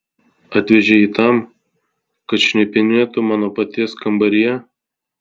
atvežei jį tam kad šnipinėtų mano paties kambaryje